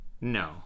No